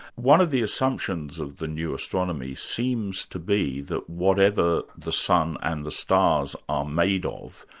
one of the assumptions of the new astronomy seems to be that whatever the sun and the stars are made ah of,